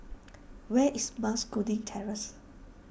where is Mas Kuning Terrace